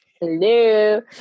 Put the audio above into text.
hello